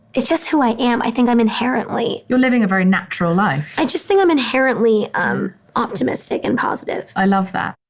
it's just who i am. i think i'm inherently you're living a very natural life i just think i'm inherently um optimistic and positive i love that.